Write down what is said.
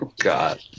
God